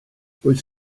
rwyt